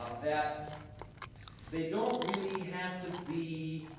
ah that they don't really have to be.